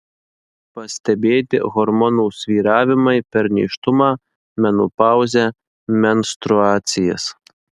pastebėti hormonų svyravimai per nėštumą menopauzę menstruacijas